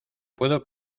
puedo